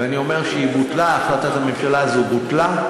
ואני אומר שהחלטת הממשלה הזאת בוטלה.